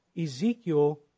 Ezekiel